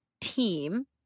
team